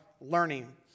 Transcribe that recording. learning